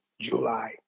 July